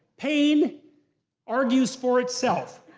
pain argues for itself.